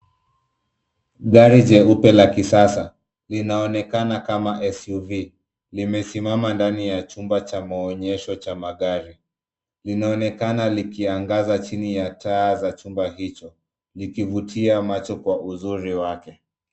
Gari jeupe la kisasa linaonekana kama suv . Limesimama ndani ya chumba cha maonyesho cha magari. Linaonekana likiangaza chini ya taa za chumba hicho ikivutia macho kwa uzuri wake.